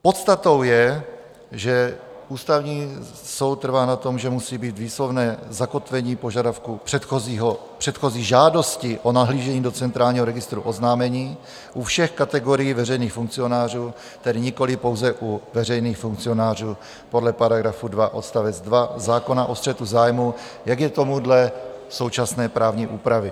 Podstatou je, že Ústavní soud trvá na tom, že musí být výslovné zakotvení požadavku předchozí žádosti o nahlížení do Centrálního registru oznámení u všech kategorií veřejných funkcionářů, tedy nikoliv pouze u veřejných funkcionářů podle § 2 odst. 2 zákona o střetu zájmů, jak je tomu dle současné právní úpravy.